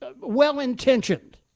well-intentioned